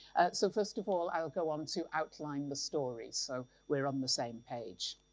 so first of all, i'll go on to outline the story, so we're on the same page.